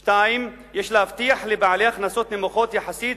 2. הבטחת האפשרות לרכוש דירה לבעלי הכנסות נמוכות יחסית,